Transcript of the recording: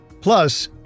Plus